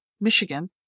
Michigan